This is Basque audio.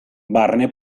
barne